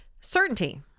certainty